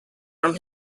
from